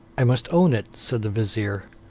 i must own it, said the vizier,